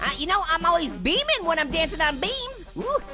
ah you know, i'm always beaming when i'm dancing on beams. whoa,